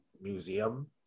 museum